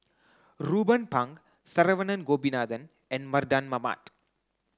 Ruben Pang Saravanan Gopinathan and Mardan Mamat